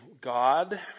God